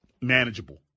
manageable